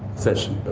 session, but